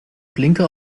blinker